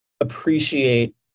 appreciate